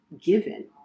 given